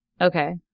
Okay